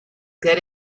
get